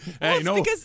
no